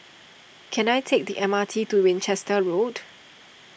can I take the M R T to Winchester Road